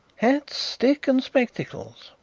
hat, stick and spectacles.